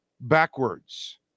backwards